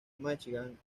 michigan